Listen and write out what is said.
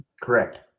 Correct